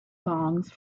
songs